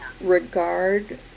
regard